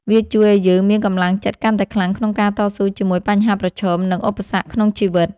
វាជួយឱ្យយើងមានកម្លាំងចិត្តកាន់តែខ្លាំងក្នុងការតស៊ូជាមួយបញ្ហាប្រឈម និងឧបសគ្គក្នុងជីវិត។